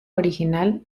original